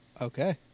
Okay